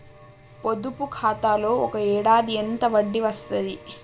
పొదుపు ఖాతాలో ఒక ఏడాదికి ఎంత వడ్డీ వస్తది?